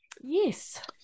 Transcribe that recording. yes